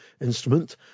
instrument